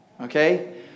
Okay